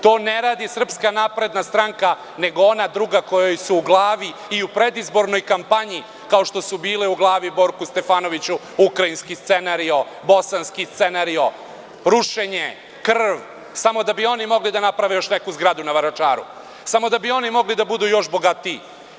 To ne radi SNS nego ona druga kojoj su u glavi i u predizbornoj kampanji, kao što su bile u glavi Borku Stefanoviću ukrajinski scenario, bosanski scenario, rušenje, krv, samo da bi oni mogli da naprave još neku zgradu na Vračaru, samo da bi oni mogli da budu još bogatiji.